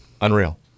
Unreal